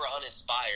uninspired